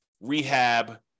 rehab